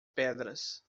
pedras